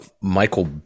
Michael